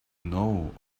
know